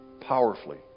powerfully